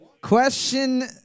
question